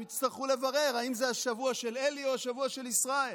הם יצטרכו לברר אם זה השבוע של אלי או השבוע של ישראל.